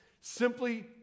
simply